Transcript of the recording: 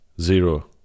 zero